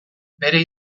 bere